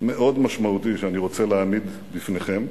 מאוד משמעותי, שאני רוצה להעמיד בפניכם.